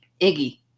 Iggy